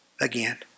again